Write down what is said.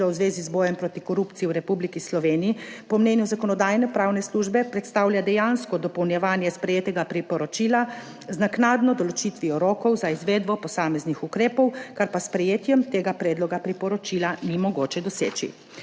v zvezi z bojem proti korupciji v Republiki Sloveniji, po mnenju Zakonodajno-pravne službe predstavlja dejansko dopolnjevanje sprejetega priporočila z naknadno določitvijo rokov za izvedbo posameznih ukrepov, kar pa s sprejetjem tega predloga priporočila ni mogoče doseči.